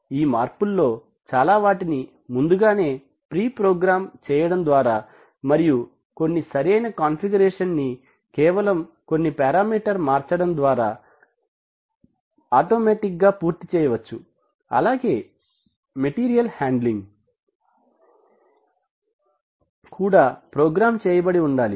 ఈ మార్పుల్లో చాలా వాటిని ముందుగానే ప్రీప్రోగ్రామ్ చేయడం ద్వారా మరియు కొన్ని సరి అయిన కాన్ఫిగరేషన్ ని కేవలం కొన్ని పారామీటర్ మార్చడం ద్వారా ఆటోమాటిక్ గా పూర్తి చేయవచ్చు అలాగే మెటీరియల్ హండ్లింగ్ కూడా ప్రోగ్రాం చేయబడి ఉండాలి